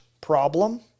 problem